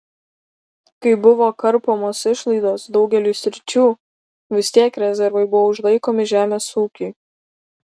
kai buvo karpomos išlaidos daugeliui sričių vis tiek rezervai buvo užlaikomi žemės ūkiui